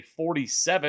47